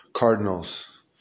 Cardinals